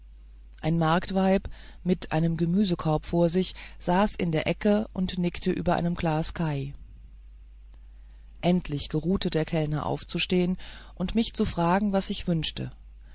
ein marktweib mit einem gemüsekorb vor sich saß in der ecke und nickte über einem glas caj endlich geruhte der kellner aufzustehen und mich zu fragen was ich wünschte